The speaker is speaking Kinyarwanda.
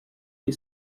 iri